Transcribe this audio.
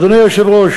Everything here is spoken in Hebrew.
אדוני היושב-ראש,